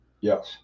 Yes